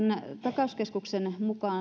takauskeskuksen mukaan